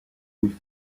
with